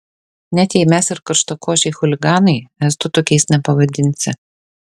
net jei mes ir karštakošiai chuliganai estų tokiais nepavadinsi